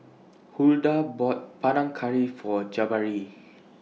Huldah bought Panang Curry For Jabari